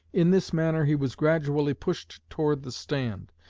in this manner he was gradually pushed toward the stand,